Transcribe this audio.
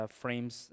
frames